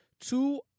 Two